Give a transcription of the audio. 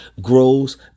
grows